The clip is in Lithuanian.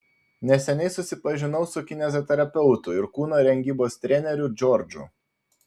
neseniai susipažinau su kineziterapeutu ir kūno rengybos treneriu džordžu